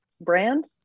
brand